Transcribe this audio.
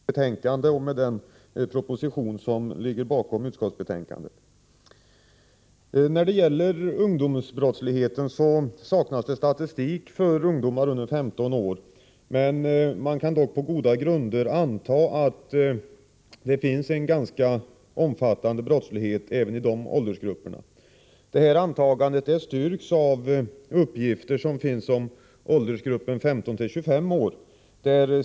Herr talman! Vi från centerpartiet är i stort sett nöjda med justitieutskottets betänkande och med den proposition som ligger bakom det. När det gäller ungdomsbrottsligheten saknas statistik för ungdomar under 15 år. Man kan dock på goda grunder anta att brottsligheten är ganska omfattande. Detta antagande styrks av de uppgifter som finns om åldersgruppen 15-25 år.